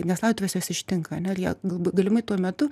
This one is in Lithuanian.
nes laidotuves jos ištinka ane ir jie galbūt galimai tuo metu